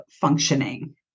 functioning